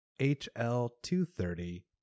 HL230